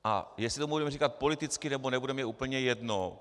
A jestli tomu budeme říkat politický, nebo nebudeme, je úplně jedno.